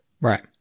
right